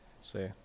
See